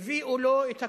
הביאו לו את הקומוניזם,